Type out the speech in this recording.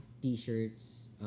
t-shirts